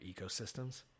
ecosystems